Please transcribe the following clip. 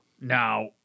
now